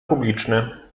publiczny